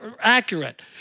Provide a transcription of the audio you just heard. accurate